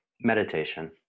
Meditation